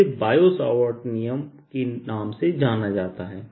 इसे Biot Savart नियमBiot Savart's Law के नाम से जाना जाता है